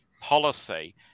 policy